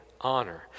honor